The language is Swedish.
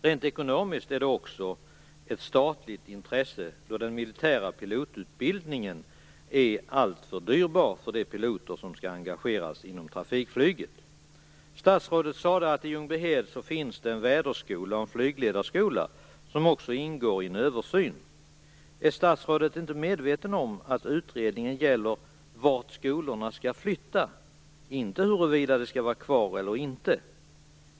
Rent ekonomiskt är det också ett statligt intresse, då den militära pilotutbildningen är alltför dyrbar för de piloter som skall engageras inom trafikflyget. Statsrådet sade att det i Ljungbyhed finns en väderskola och en flygledarskola som också ingår i en översyn. Är statsrådet inte medveten om att utredningen gäller vart skolorna skall flytta och inte huruvida de skall vara kvar eller inte?